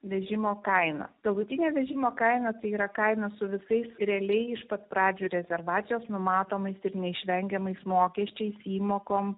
vežimo kaina galutinė vežimo kaina tai yra kaina su visais realiai iš pat pradžių rezervacijos numatomais ir neišvengiamais mokesčiais įmokom